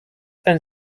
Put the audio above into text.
and